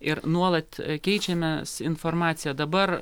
ir nuolat keičiamės informacija dabar